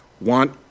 want